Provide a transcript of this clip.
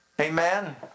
Amen